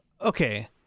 okay